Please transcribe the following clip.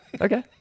Okay